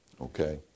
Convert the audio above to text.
Okay